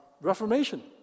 Reformation